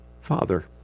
Father